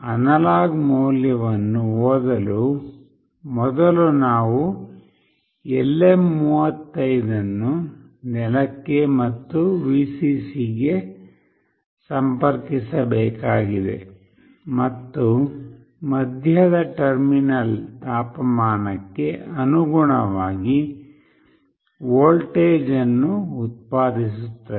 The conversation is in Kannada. ಅನಲಾಗ್ ಮೌಲ್ಯವನ್ನು ಓದಲು ಮೊದಲು ನಾವು LM35 ಅನ್ನು ನೆಲಕ್ಕೆ ಮತ್ತು Vcc ಗೆ ಸಂಪರ್ಕಿಸಬೇಕಾಗಿದೆ ಮತ್ತು ಮಧ್ಯದ ಟರ್ಮಿನಲ್ ತಾಪಮಾನಕ್ಕೆ ಅನುಗುಣವಾಗಿ ವೋಲ್ಟೇಜ್ ಅನ್ನು ಉತ್ಪಾದಿಸುತ್ತದೆ